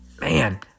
man